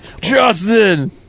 Justin